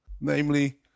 Namely